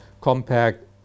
compact